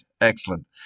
Excellent